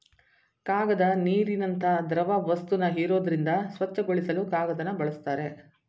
ಕಾಗದ ನೀರಿನಂತ ದ್ರವವಸ್ತುನ ಹೀರೋದ್ರಿಂದ ಸ್ವಚ್ಛಗೊಳಿಸಲು ಕಾಗದನ ಬಳುಸ್ತಾರೆ